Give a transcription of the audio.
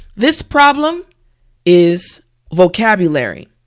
this problem is vocabulary.